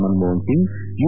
Manmohan Singh you